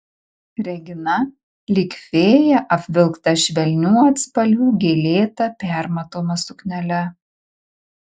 regina lyg fėja apvilkta švelnių atspalvių gėlėta permatoma suknele